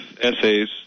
essays